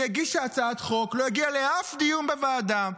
היא הגישה הצעת חוק, לא הגיעה לאף דיון בוועדה.